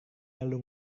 lalu